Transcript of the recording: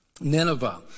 Nineveh